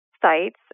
sites